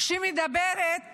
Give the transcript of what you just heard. שמדברת